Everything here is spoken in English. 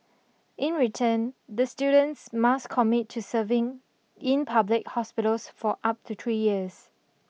in return the students must commit to serving in public hospitals for up to three years